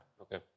Okay